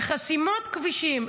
וחסימות כבישים,